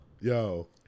Yo